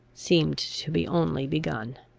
seemed to be only begun.